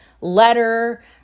letter